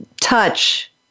touch